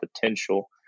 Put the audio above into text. potential